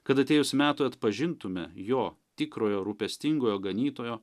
kad atėjus metui atpažintume jo tikrojo rūpestingojo ganytojo